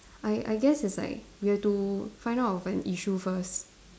I I guess it's like we have to find out of an issue first